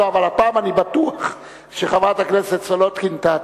לא, אבל אני בטוח שחברת הכנסת סולודקין טעתה.